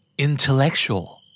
Intellectual